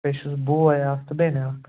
بیٚیہِ چھُس بوے اَکھ تہٕ بٮ۪نہِ اَکھ